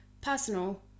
personal